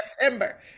September